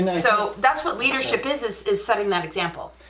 and so that's what leadership is, is is setting that example.